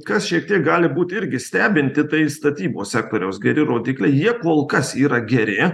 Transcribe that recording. kas šiek tiek gali būti irgi stebinti tai statybos sektoriaus geri rodikliai jie kol kas yra geri